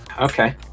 Okay